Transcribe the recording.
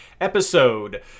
episode